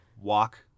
walk